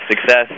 success